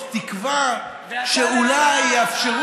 ואתה לאן רץ?